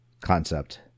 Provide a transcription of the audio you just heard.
concept